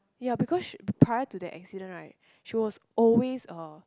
ya because prior to the accident right she was always a